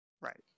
Right